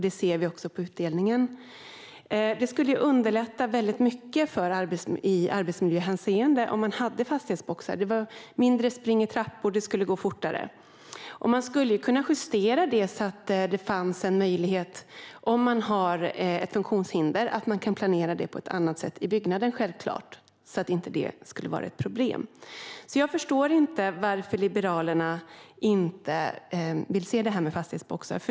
Det ser vi också på utdelningen. Det skulle underlätta väldigt mycket i arbetsmiljöhänseende om man hade fastighetsboxar. Det skulle innebära mindre spring i trappor, och det skulle gå fortare. Man skulle ju kunna justera detta så att det finns möjlighet att planera det hela på ett annat sätt i byggnaden för dem som har funktionshinder, så att det inte ska vara ett problem. Jag förstår inte varför Liberalerna inte vill se detta med fastighetsboxar.